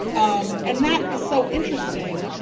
um and that is so interesting.